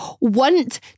want